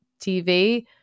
tv